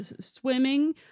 swimming